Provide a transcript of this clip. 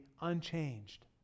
unchanged